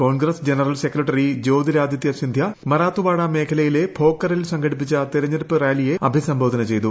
Congress general secretary Jyotiraditya Scindia Marathwada മേഖലയിലെ ഭോക്കറിൽ സംഘടിപ്പിച്ച തെരഞ്ഞെടുപ്പ് റാലിയെ അഭിസംബോധന ചെയ്തു